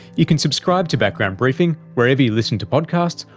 you can subscribe to background briefing wherever you listen to podcasts,